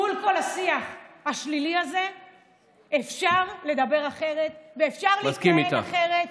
מול כל השיח השלילי הזה אפשר לדבר אחרת ואפשר להתנהל אחרת.